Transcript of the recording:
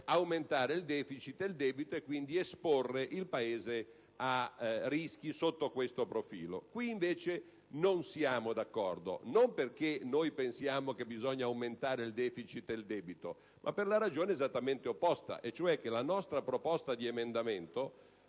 aumentare il deficit ed il debito e, quindi, esporre il Paese a rischi sotto questo profilo. Su questo punto non siamo d'accordo, non perché pensiamo che occorra aumentare il deficit e il debito, ma per la ragione esattamente opposta. La nostra proposta cioè